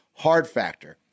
HARDFACTOR